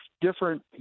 different